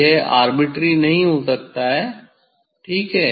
यह मनमाना नहीं हो सकता है ठीक है